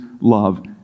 love